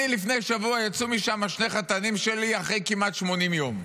לפני שבוע יצאו משם שני חתנים שלי אחרי כמעט 80 יום,